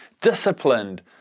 disciplined